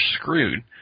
screwed